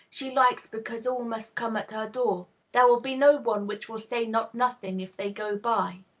she likes because all must come at her door. there will be no one which will say not nothing if they go by.